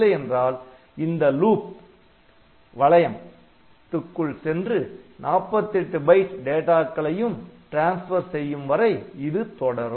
இல்லையென்றால் இந்த loop loop வளையம் க்குள் சென்று 48 பைட் டேட்டாகளையும் டிரான்ஸ்பர் செய்யும் வரை இது தொடரும்